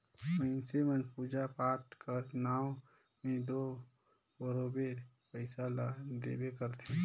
मइनसे मन पूजा पाठ कर नांव में दो बरोबेर पइसा ल देबे करथे